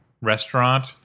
restaurant